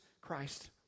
Christ